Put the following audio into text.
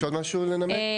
יש עוד משהו לנמק?